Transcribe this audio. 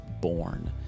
Born